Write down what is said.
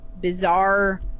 bizarre